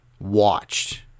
Watched